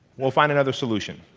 we'll find another solution.